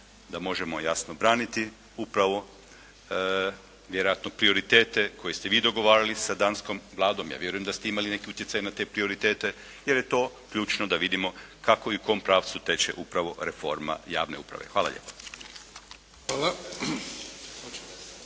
da možemo jasno braniti upravo vjerojatno prioritete koje ste vi dogovarali sa danskom Vladom, ja vjerujem da ste imali neke utjecaje na te prioritete, jer je to ključno da vidimo kako i u kom pravcu teče upravo reforma javne uprave. Hvala lijepo.